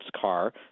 car